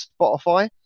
Spotify